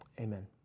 amen